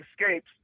escapes